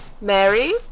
Mary